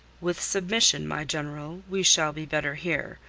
with submission, my general, we shall be better here.